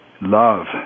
love